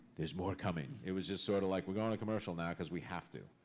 there's more coming. it was just sort of like, we're going to commercial now, cause we have to.